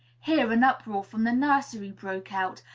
here an uproar from the nursery broke out,